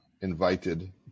invited